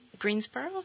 Greensboro